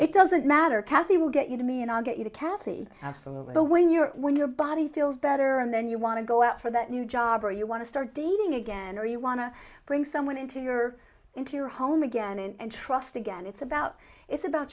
it doesn't matter cathy will get you to me and i'll get you to kathy absolutely though when you're when your body feels better and then you want to go out for that new job or you want to start dating again or you want to bring someone into your into your home again and trust again it's about it's about